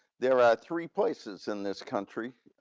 there are three places in this country